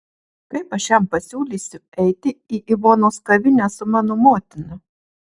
kaip aš jam pasiūlysiu eiti į ivonos kavinę su mano motina